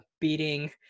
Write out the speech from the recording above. beating